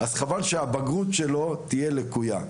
אז חבל שהבגרות שלו תהיה לקויה.